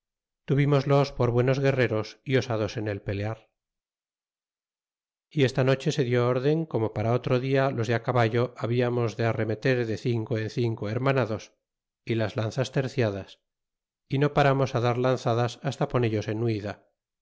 atras tuvimoslos por buenos guerreros y osados en el pelear y esta nocho se dió órden como para otro dia los de caballo hablamos de arremeter de cinco en cinco hermanados y las lanzas terciadas y no pararnos dar lanzadas hasta ponello en huida